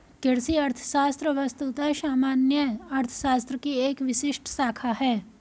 कृषि अर्थशास्त्र वस्तुतः सामान्य अर्थशास्त्र की एक विशिष्ट शाखा है